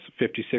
56%